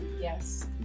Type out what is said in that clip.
Yes